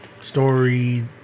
story